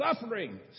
Suffering